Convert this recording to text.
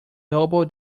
double